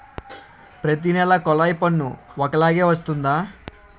ప్రతి నెల కొల్లాయి పన్ను ఒకలాగే వస్తుందా?